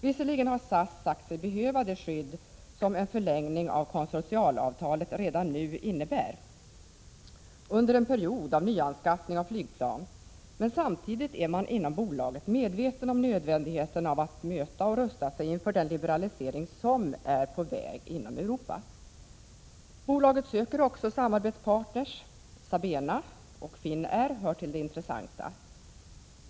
Visserligen har SAS sagt sig behöva det skydd som en förlängning av konsortialavtalet redan nu innebär under en period av nyanskaffning av flygplan, men samtidigt är man inom bolaget medveten om nödvändigheten av att möta och rusta sig inför den liberalisering som är på väg inom Europa. Bolaget söker också samarbetspartner. SABENA och Finnair hör till de intressanta.